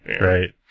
Right